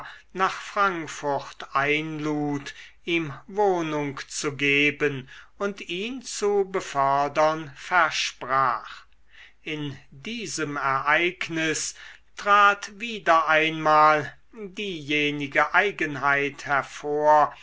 nach frankfurt einlud ihm wohnung zu geben und ihn zu befördern versprach in diesem ereignis trat wieder einmal diejenige eigenheit hervor